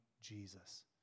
Jesus